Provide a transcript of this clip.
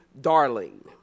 darling